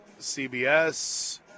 CBS